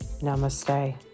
Namaste